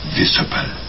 visible